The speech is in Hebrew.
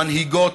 מנהיגות,